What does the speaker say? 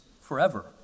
forever